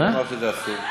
מי אמר שזה אסור?